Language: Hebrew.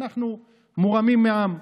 אנחנו מורמים מעם,